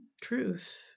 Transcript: truth